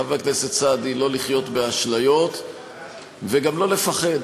חבר הכנסת סעדי, לא לחיות באשליות וגם לא לפחד.